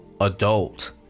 adult